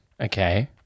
Okay